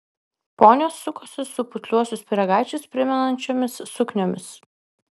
ponios sukosi su putliuosius pyragaičius primenančiomis sukniomis